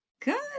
Good